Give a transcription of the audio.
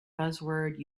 buzzword